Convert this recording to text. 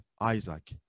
Isaac